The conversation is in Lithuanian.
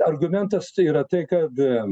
argumentas tai yra tai kad